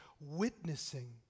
witnessing